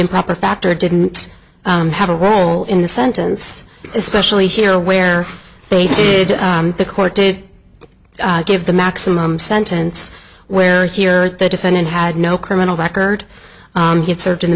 improper factor didn't have a role in the sentence especially here where they did the court did give the maximum sentence where here the defendant had no criminal record get served in the